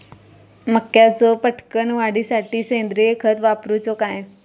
मक्याचो पटकन वाढीसाठी सेंद्रिय खत वापरूचो काय?